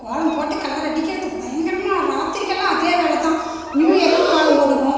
கோலம் போட்டு கலர் அடிக்கிறது பயங்கரமாக ராத்திரிக்கெல்லாம் அதே வேலை தான் நியூ இயருக்கு கோலம் போடுவோம்